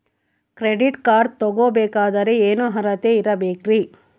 Credit card ತೊಗೋ ಬೇಕಾದರೆ ಏನು ಅರ್ಹತೆ ಇರಬೇಕ್ರಿ?